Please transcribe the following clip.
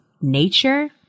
nature